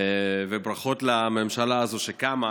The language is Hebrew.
וברכות לממשלה הזאת שקמה,